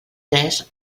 tres